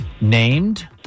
named